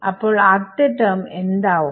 അപ്പോൾ ആദ്യത്തെ ടെർമ് എന്താവും